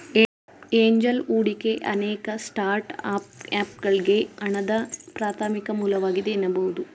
angel ಹೂಡಿಕೆ ಅನೇಕ ಸ್ಟಾರ್ಟ್ಅಪ್ಗಳ್ಗೆ ಹಣದ ಪ್ರಾಥಮಿಕ ಮೂಲವಾಗಿದೆ ಎನ್ನಬಹುದು